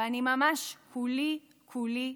ואני ממש כולי כולי